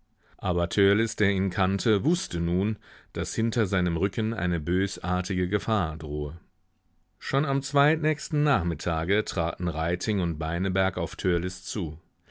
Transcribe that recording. aber törleß der ihn kannte wußte nun daß hinter seinem rücken eine bösartige gefahr drohe schon am zweitnächsten nachmittage traten reiting und beineberg auf törleß zu